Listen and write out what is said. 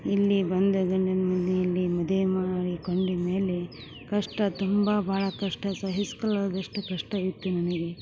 ಇಲ್ಲಿ ಬಂದಾಗ ನನ್ನನ್ನು ಇಲ್ಲಿ ಮದುವೆ ಮಾಡಿಕೊಂಡ ಮೇಲೆ ಕಷ್ಟ ತುಂಬ ಭಾಳ ಕಷ್ಟ ಸಹಿಸ್ಕೊಳ್ಳೋದು ಎಷ್ಟು ಕಷ್ಟ ಇತ್ತು ನನಗೆ